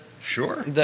Sure